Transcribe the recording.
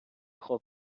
خوب